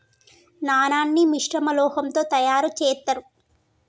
నాణాన్ని మిశ్రమ లోహంతో తయారు చేత్తారు